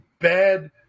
bad